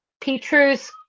Petrus